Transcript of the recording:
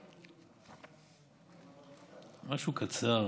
משהו קצר